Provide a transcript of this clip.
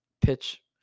pitch